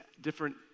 different